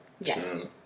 yes